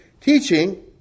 teaching